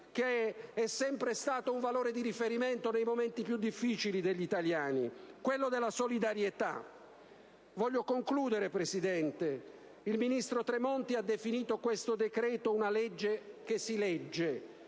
che è sempre stato un valore di riferimento nei momenti più difficili degli italiani, quello della solidarietà. Voglio concludere, signor Presidente: il ministro Tremonti ha definito questo decreto «una legge che si legge»: